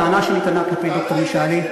הטענה שנטענה כלפי ד"ר משאלי,